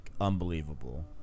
unbelievable